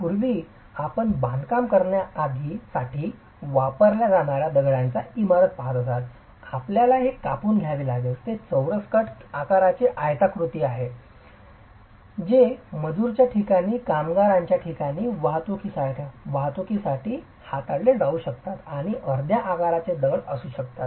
पूर्वी आपण बांधकाम करण्यासाठी वापरल्या जाणार्या दगडांची इमारत पाहत असल्यास आपल्याला हे कापून घ्यावे लागेल ते चौरस कट किंवा आकाराचे आयताकृती आहेत जे कामगारांच्या ठिकाणी वाहतुकीसाठी हाताळले जाऊ शकतात आणि ते अर्ध्या आकाराचे दगड असू शकतात